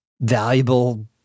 valuable